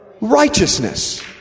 righteousness